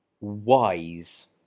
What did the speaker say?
wise